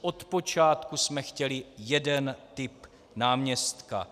Odpočátku jsme chtěli jeden typ náměstka.